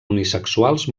unisexuals